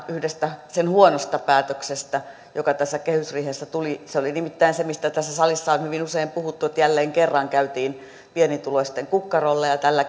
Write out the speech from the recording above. yhdestä sen huonosta päätöksestä joka tässä kehysriihessä tuli se oli nimittäin se mistä tässä salissa on hyvin usein puhuttu että jälleen kerran käytiin pienituloisten kukkarolla ja ja tällä